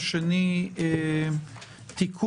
הסוגיה השנייה היא תיקון